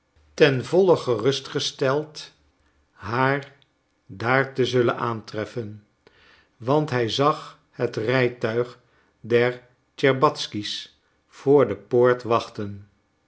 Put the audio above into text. ten volle gerustgesteld haar daar te zullen aantreffen want hij zag het rijtuig der tscherbatzky's voor de poort wachten